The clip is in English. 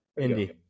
Indy